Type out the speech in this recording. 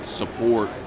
support